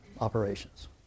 operations